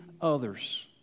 others